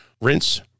Rinse